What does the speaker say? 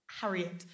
Harriet